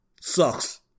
sucks